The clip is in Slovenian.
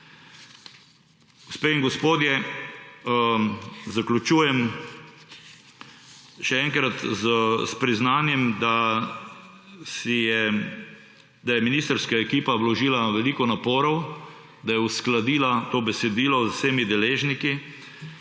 Gospe in gospodje, zaključujem še enkrat s priznanjem, da je ministrska ekipa vložila veliko naporov, da je uskladila to besedilo z vsemi deležniki,